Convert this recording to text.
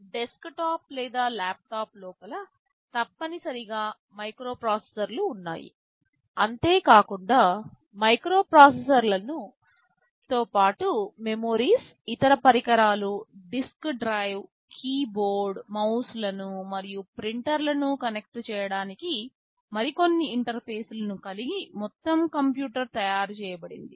desktop లేదా laptop లోపల తప్పనిసరిగా మైక్రోప్రాసెసర్ లు ఉన్నాయి అంతేకాకుండా మైక్రోప్రాసెసర్ లతోపాటు మెమోరీస్ ఇతర పరికరాలు డిస్క్ డ్రైవ్ కీబోర్డ్ మౌస్ లను మరియు ప్రింటర్లు కనెక్ట్ చేయడానికి మరికొన్ని ఇంటర్ఫేస్లు కలిగి మొత్తం కంప్యూటర్ తయారు చేయబడింది